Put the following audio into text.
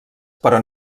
però